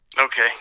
Okay